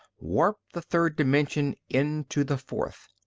warp the third-dimensional into the fourth.